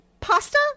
pasta